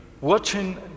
watching